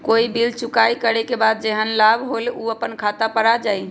कोई बिल चुकाई करे के बाद जेहन लाभ होल उ अपने खाता पर आ जाई?